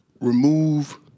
remove